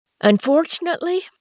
Unfortunately